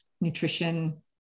nutrition